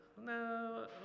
no